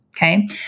Okay